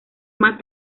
más